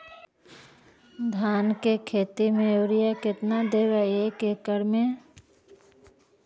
धान के खेत में युरिया केतना देबै एक एकड़ में?